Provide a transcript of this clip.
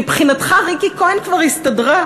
מבחינתך, ריקי כהן כבר הסתדרה,